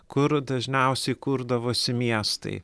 kur dažniausiai kurdavosi miestai